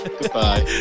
goodbye